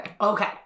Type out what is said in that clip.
Okay